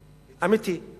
אמיתי.